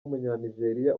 w’umunyanigeriya